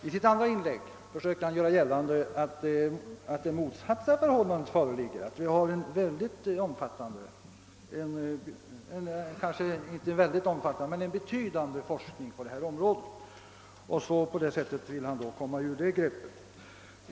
I sitt andra inlägg försökte herr statsrådet göra gällande att det motsatta förhållandet skulle föreligga. Han menade tydligen att det förekommer en betydande forskning på detta område. På detta sätt ville han komma undan problemställningen.